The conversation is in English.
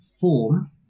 form